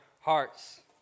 hearts